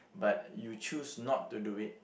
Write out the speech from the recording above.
but you choose not to do it